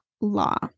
law